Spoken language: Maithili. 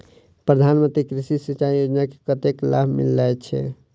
प्रधान मंत्री कृषि सिंचाई योजना मे कतेक लाभ मिलय छै?